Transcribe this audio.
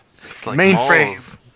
Mainframe